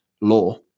law